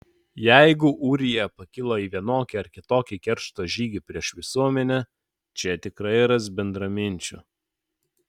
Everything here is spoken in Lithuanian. jeigu ūrija pakilo į vienokį ar kitokį keršto žygį prieš visuomenę čia tikrai ras bendraminčių